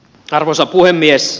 arvoisa puhemies